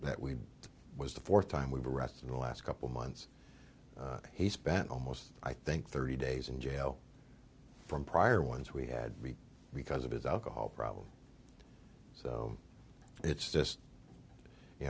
that we was the fourth time we've arrested in the last couple months he spent almost i think thirty days in jail from prior ones we had because of his alcohol problem so it's just you